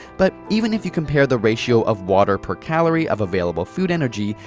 but even if you compare the ratio of water per calorie of available food energy,